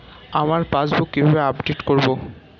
আমার পাসবুক কিভাবে আপডেট করবো?